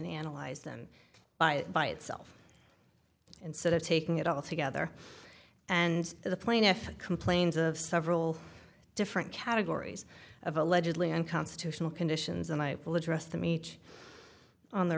analyze them by it by itself instead of taking it all together and the plaintiff complains of several different categories of allegedly unconstitutional conditions and i will address the meets on their